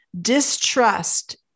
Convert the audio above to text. Distrust